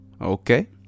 okay